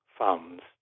funds